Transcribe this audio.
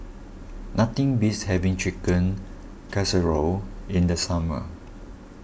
nothing beats having Chicken Casserole in the summer